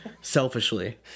selfishly